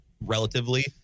relatively